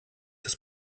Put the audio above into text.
das